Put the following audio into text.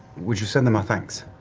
would you send them our thanks?